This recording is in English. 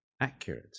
accurate